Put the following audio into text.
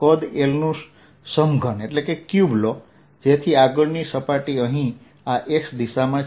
કદ L નું સમઘન લો જેથી આગળની સપાટી અહીં આ X દિશામાં છે